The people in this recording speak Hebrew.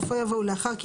מה אתם עושים